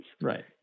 Right